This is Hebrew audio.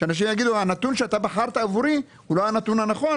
שאנשים יגידו: הנתון שבחרת עבורנו הוא לא הנתון הנכון,